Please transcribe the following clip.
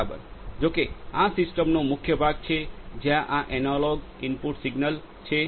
બરાબર જો કે આ સિસ્ટમનો મુખ્ય ભાગ છે જ્યાં આ એનાલોગ ઇનપુટ સિગ્નલ છે